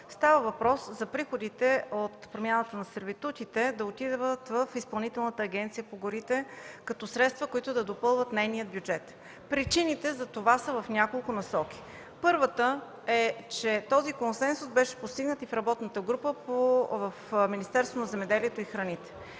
Става въпрос за приходите от промяната на сервитутите – да отидат в Изпълнителната агенция по горите като средства, които да допълват нейния бюджет. Причините за това са в няколко насоки. Първата причина е, че този консенсус беше постигнат и в работната група в Министерството на земеделието и храните.